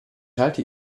halte